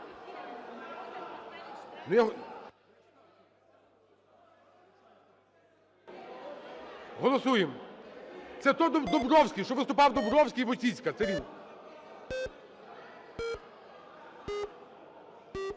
Голосуємо. Це Домбровський, що виступав Домбровський іВойціцька. Це він.